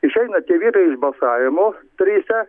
išeina tie vyrai balsavimo trise